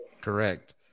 Correct